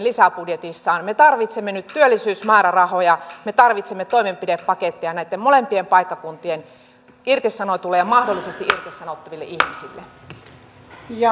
me tarvitsemme nyt työllisyysmäärärahoja me tarvitsemme toimenpidepaketteja näitten molempien paikkakuntien irtisanotuille ja mahdollisesti irtisanottaville ihmisille